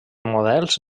models